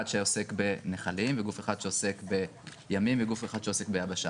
שעוסק בנחלים וגוף אחד שעוסק בימים וגוף אחד שעוסק בישיבה?